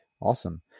awesome